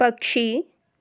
पक्षी